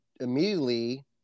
immediately